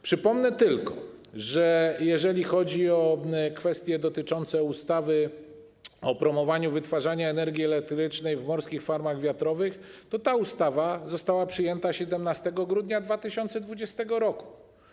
Przypomnę tylko, że jeżeli chodzi o kwestie dotyczące ustawy o promowaniu wytwarzania energii elektrycznej w morskich farmach wiatrowych, to została ona przyjęta 17 grudnia 2020 r.